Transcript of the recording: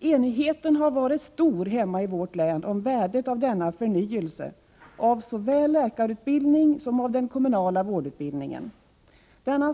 Enigheten har varit stor hemma i vårt län om värdet av denna förnyelse av såväl läkarutbildningen som den kommunala vårdutbildningen.